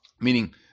Meaning